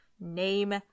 Name